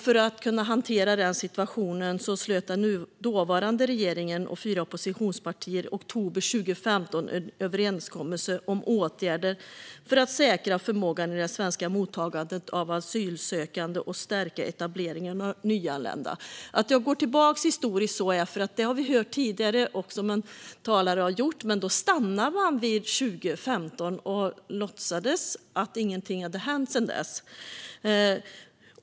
För att kunna hantera den situationen slöt den dåvarande regeringen och fyra oppositionspartier i oktober 2015 en överenskommelse om åtgärder för att säkra förmågan i det svenska mottagandet av asylsökande och stärka etableringen av nyanlända. Vi har hört tidigare talare gå tillbaka historiskt, men då har man stannat vid 2015 och låtsats som att ingenting hänt sedan dess.